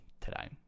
today